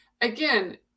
again